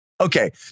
Okay